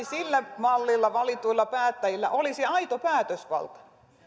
sillä mallilla valituilla päättäjillä olisi aito päätösvalta